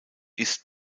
ist